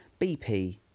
BP